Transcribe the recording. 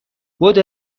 بدو